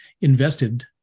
invested